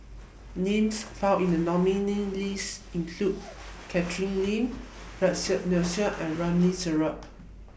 Names found in The nominee list include Catherine Lim Percy Mcneice and Ramli Sarip